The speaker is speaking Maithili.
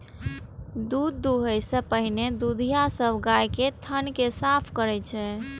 दूध दुहै सं पहिने दुधिया सब गाय के थन कें साफ करै छै